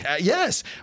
Yes